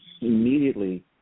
immediately